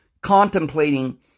contemplating